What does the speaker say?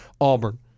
Auburn